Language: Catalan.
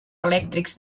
elèctrics